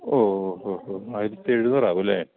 ഓ ഓ ഓ ആയിരത്തി എഴുന്നൂറ് ആകുമല്ലെ